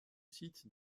site